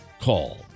call